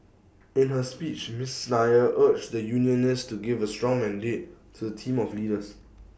in her speech miss Nair urged the unionists to give A strong mandate to the team of leaders